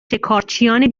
شکارچیان